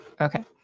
Okay